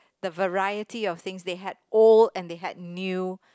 the variety of things they had old and they had new